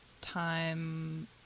time